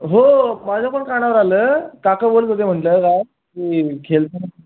हो माझ्या पण कानावर आलं काका बोलत होते म्हणलं काल की खेळताना